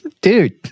Dude